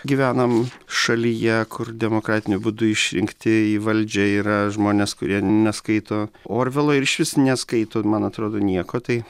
gyvenam šalyje kur demokratiniu būdu išrinkti į valdžią yra žmonės kurie neskaito orvelo ir išvis neskaito man atrodo nieko tai